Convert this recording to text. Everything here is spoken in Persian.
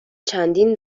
چندین